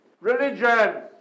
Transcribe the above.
religion